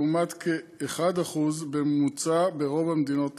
לעומת כ -1% בממוצע ברוב המדינות האמורות.